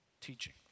teaching